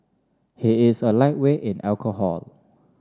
he is a lightweight in alcohol